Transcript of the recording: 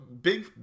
big